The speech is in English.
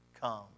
come